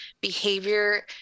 behavior